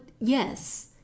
yes